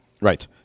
Right